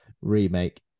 remake